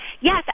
yes